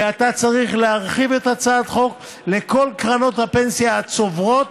ואתה צריך להרחיב את הצעת החוק לכל קרנות הפנסיה הצוברות,